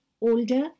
older